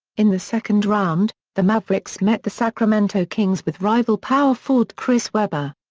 in the second round, the mavericks met the sacramento kings with rival power forward chris webber.